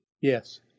Yes